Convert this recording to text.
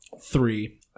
Three